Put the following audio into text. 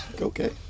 Okay